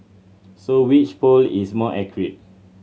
so which poll is more accurate